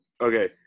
okay